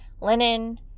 linen